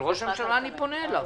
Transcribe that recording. ראש הממשלה, אני פונה אליו.